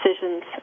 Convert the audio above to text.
decisions